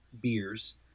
beers